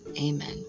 Amen